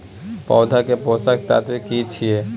पौधा के पोषक तत्व की छिये?